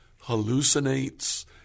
hallucinates